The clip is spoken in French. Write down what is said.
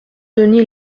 denis